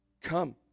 Come